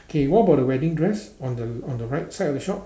okay what about the wedding dress on the on the right side of the shop